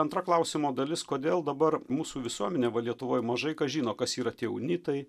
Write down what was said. antra klausimo dalis kodėl dabar mūsų visuomenė lietuvoj mažai kas žino kas yra tie unitai